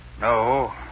No